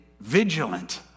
vigilant